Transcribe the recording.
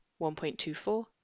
1.24